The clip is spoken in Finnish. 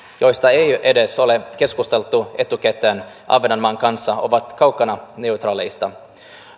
joista ei edes ole keskusteltu etukäteen ahvenanmaan kanssa ovat kaukana neutraaleista